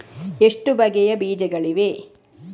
ಎಷ್ಟು ಬಗೆಯ ಬೀಜಗಳಿವೆ?